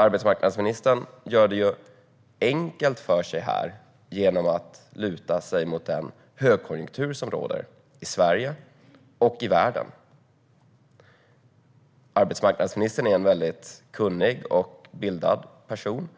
Arbetsmarknadsministern gör det enkelt för sig här genom att luta sig mot den högkonjunktur som råder i Sverige och i världen. Arbetsmarknadsministern är en kunnig och bildad person.